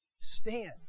Stand